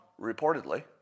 reportedly